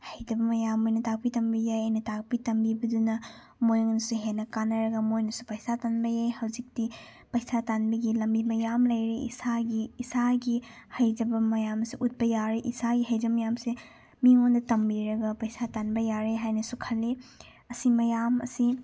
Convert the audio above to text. ꯍꯩꯇꯕ ꯃꯌꯥꯝ ꯑꯃ ꯑꯩꯅ ꯇꯥꯛꯄꯤ ꯇꯝꯕꯤꯕ ꯌꯥꯏ ꯑꯩꯅ ꯇꯥꯛꯄꯤ ꯇꯝꯕꯤꯕꯗꯨꯅ ꯃꯣꯏꯉꯣꯟꯗꯁꯨ ꯍꯦꯟꯅ ꯀꯥꯟꯅꯔꯒ ꯃꯣꯏꯅꯁꯨ ꯄꯩꯁꯥ ꯇꯥꯟꯕ ꯌꯥꯏ ꯍꯧꯖꯤꯛꯇꯤ ꯄꯩꯁꯥ ꯇꯥꯟꯕꯒꯤ ꯂꯝꯕꯤ ꯃꯌꯥꯝ ꯂꯩꯔꯦ ꯏꯁꯥꯒꯤ ꯏꯁꯥꯒꯤ ꯍꯩꯖꯕ ꯃꯌꯥꯝꯁꯨ ꯎꯠꯄ ꯌꯥꯔꯦ ꯏꯁꯥꯒꯤ ꯍꯩꯖꯕ ꯃꯌꯥꯝꯁꯦ ꯃꯤꯉꯣꯟꯗ ꯇꯝꯕꯤꯔꯒ ꯄꯩꯁꯥ ꯇꯥꯟꯕ ꯌꯥꯔꯦ ꯍꯥꯏꯅꯁꯨ ꯈꯜꯂꯤ ꯑꯁꯤ ꯃꯌꯥꯝ ꯑꯁꯤ